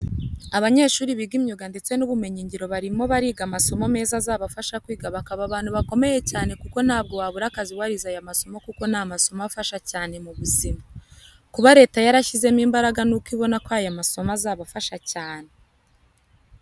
Abanyeshuri biga mu myuga ndetse n'ubumenyingiro barimo bariga amasomo meza azabafasha kwiga bakaba abantu bakomeye cyane kuko ntabwo wabura akazi warize aya masomo kuko ni amasomo afasha cyane mu buzima. Kuba leta yarashyizemo imbaraga ni uko ibona ko aya masomo azafasha cyane.